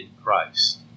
Christ